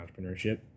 entrepreneurship